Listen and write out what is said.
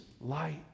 light